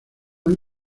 han